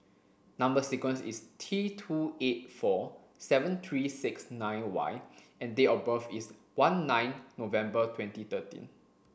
number sequence is T two eight four seven three six nine Y and date of birth is one nine November twenty thirteen